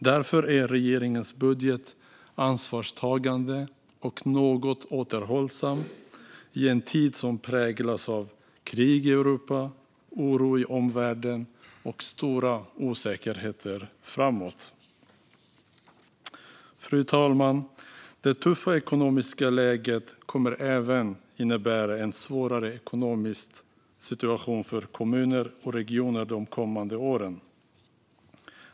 Därför är regeringens budget ansvarstagande och något återhållsam i en tid som präglas av krig i Europa, oro i omvärlden och stora osäkerheter framåt. Fru talman! Det tuffa ekonomiska läget kommer även att innebära en svårare ekonomisk situation för kommuner och regioner de kommande åren.